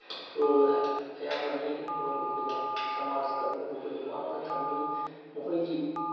role ꯑꯌꯥꯝꯕꯅꯤ ꯃꯣꯏꯕꯨ ꯑꯩꯈꯣꯏꯅ ꯁꯃꯥꯖꯇ ꯃꯣꯏꯕꯨ ꯑꯩꯈꯣꯏꯅ ꯋꯥꯡꯅ ꯊꯝꯃꯤ ꯃꯈꯣꯏꯒꯤ